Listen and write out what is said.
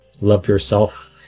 love-yourself